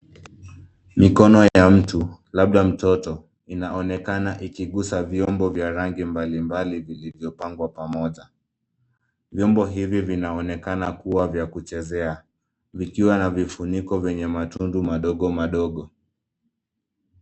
Mikono ya mtu, labda mtoto inaonekana ikiguza vyombo vya rangi mbalimbali vilivyopangwa pamoja. Vyombo hivi vinaonekana kuwa vya kuchezea vikiwa na vifuniko vyenye matundu madogo madogo.